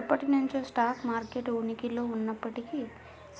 ఎప్పటినుంచో stock market ఉనికిలో ఉన్నప్పటికీ